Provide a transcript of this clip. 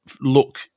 look